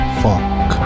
fuck